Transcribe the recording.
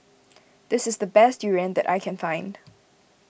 this is the best Durian that I can find